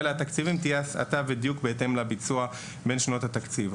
תהיה הסטה ודיוק בהתאם לביצוע בין שנות התקציב.